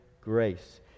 grace